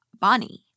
Bonnie